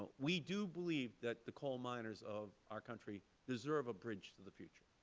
we do believe that the coal miners of our country deserve a bridge to the future,